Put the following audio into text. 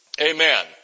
Amen